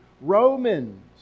Romans